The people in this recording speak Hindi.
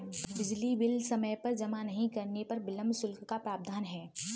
बिजली बिल समय पर जमा नहीं करने पर विलम्ब शुल्क का प्रावधान है